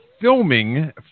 filming